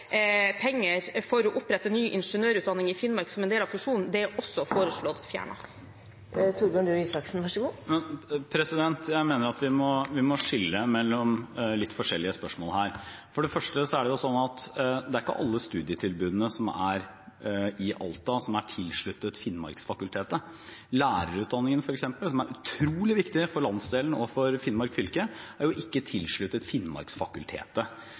penger for å opprette ny ingeniørutdanning i Finnmark som en del av fusjonen. Det er også foreslått fjernet. Jeg mener at vi må skille mellom litt forskjellige spørsmål her. For det første er det slik at det ikke er alle studietilbudene i Alta som er tilsluttet Finnmarksfakultetet. Lærerutdanningen f.eks., som er utrolig viktig for landsdelen og for Finnmark fylke, er ikke tilsluttet Finnmarksfakultetet.